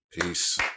Peace